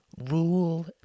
rule